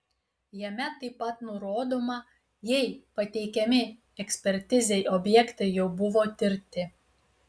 jame taip pat nurodoma jei pateikiami ekspertizei objektai jau buvo tirti